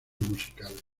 musicales